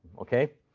ok?